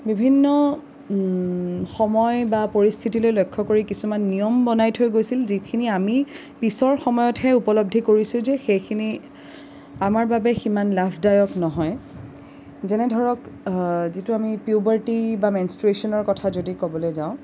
বিভিন্ন সময় বা পৰিস্থিতিলৈ লক্ষ্য কৰি কিছুমান নিয়ম বনাই থৈ গৈছিল যিখিনি আমি পিছৰ সময়তহে উপলব্ধি কৰিছোঁ যে সেইখিনি আমাৰ বাবে সিমান লাভদায়ক নহয় যেনে ধৰক যিটো আমি যদি পিউবাৰ্টি বা মেন্ছট্ৰুৱেশ্যনৰ কথা যদি ক'বলৈ যাওঁ